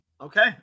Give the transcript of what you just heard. okay